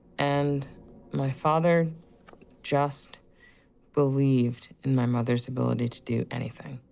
and my father just believed in my mother's ability to do anything.